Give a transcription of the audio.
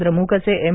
द्रमुकचे एम